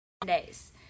day's